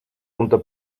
unter